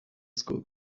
school